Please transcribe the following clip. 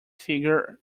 figure